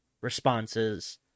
responses